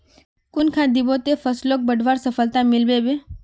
कुन खाद दिबो ते फसलोक बढ़वार सफलता मिलबे बे?